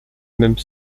même